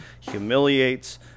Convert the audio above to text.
humiliates